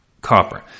copper